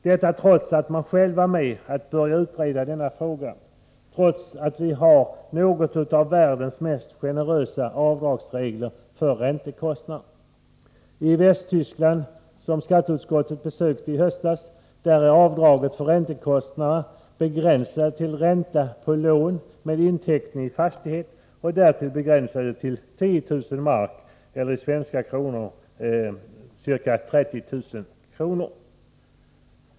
Detta har de gjort trots att de själva var med om att börja utreda denna fråga och trots att vi har något av världens mest generösa avdragsregler när det gäller räntekostnader. I Västtyskland, som skatteutskottet besökte i höstas, är avdraget för räntekostnader begränsat till ränta på lån med inteckning i fastighet, och därtill är avdragsbeloppet begränsat till 10000 mark eller ca 30000 kr.